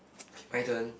okay my turn